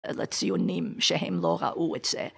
לציונים שהם לא ראו את זה